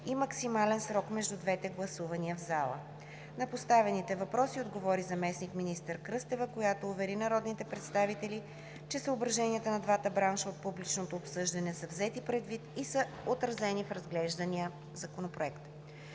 и максимален срок между двете гласувания в залата. На поставените въпроси отговори заместник-министър Кръстева, която увери народните представители, че съображенията на двата бранша от публичното обсъждане са взети предвид и са отразени в разглеждания законопроект.